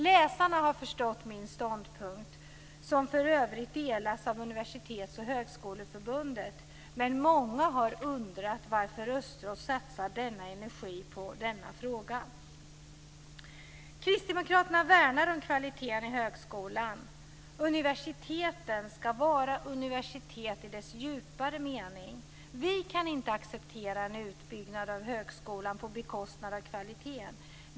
Läsarna har förstått min ståndpunkt, som för övrigt delas av Universitets och högskoleförbundet, men många har undrat varför Östros satsar så mycket energi på denna fråga. Kristdemokraterna värnar om kvaliteten i högskolan; universiteten ska vara universitet i dess djupare mening. Vi kan inte acceptera en utbyggnad av högskolan på bekostnad av kvaliteten.